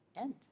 end